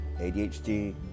ADHD